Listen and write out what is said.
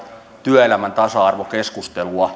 työelämän tasa arvokeskustelua